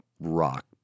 rock